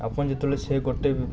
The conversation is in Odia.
ଆପଣ ଯେତେବେଳେ ସେ ପଟେ